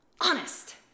honest